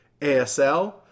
ASL